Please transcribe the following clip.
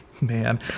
man